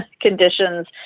conditions